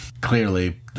Clearly